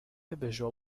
visual